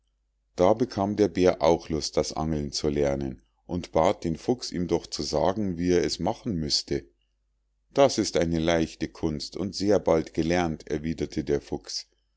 da bekam der bär auch lust das angeln zu lernen und bat den fuchs ihm doch zu sagen wie er es machen müßte das ist eine leichte kunst und sehr bald gelernt erwiederte der fuchs